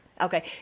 Okay